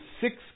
six